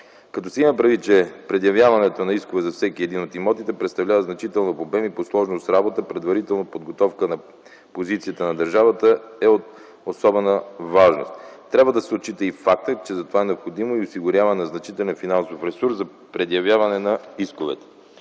Като се има предвид, че предявяването на искове за всеки един от имотите представлява значителна по обем и по сложност работа, предварителната подготовка на позицията на държавата е от особена важност. Трябва да се отчита и фактът, че за това е необходимо и осигуряването на значителен финансов ресурс за предявяване на исковете.